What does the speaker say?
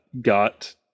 got